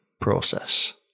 process